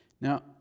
Now